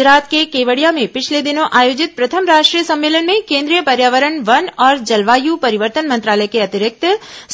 गुजरात के केवड़िया में पिछले दिनों आयोजित प्रथम राष्ट्रीय सम्मेलन में केंद्रीय पर्यावरण वन और जलवायु परिवर्तन मंत्रालय के अतिरिक्त